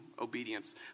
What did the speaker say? Obedience